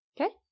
Okay